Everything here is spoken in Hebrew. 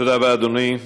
תודה רבה, אדוני.